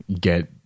get